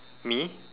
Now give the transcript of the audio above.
me